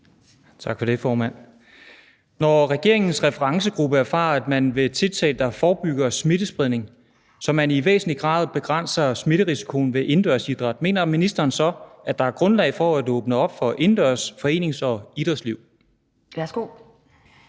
Tak for det, formand. Når regeringens referencegruppe erfarer, at man ved tiltag, der forebygger smittespredning, i væsentlig grad kan begrænse smitterisikoen ved indendørsidræt, mener ministeren så, at der er grundlag for at åbne op for indendørs forenings- og idrætsliv? Kl.